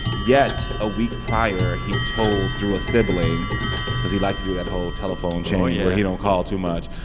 yet a week prior, he told, through a sibling because he likes to do that whole telephone chain where he don't call too much.